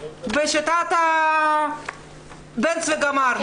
בשיטת הזבנג וגמרנו?